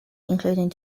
including